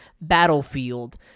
battlefield